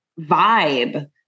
vibe